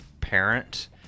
parent